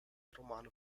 romane